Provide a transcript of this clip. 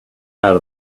out